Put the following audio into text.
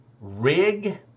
rig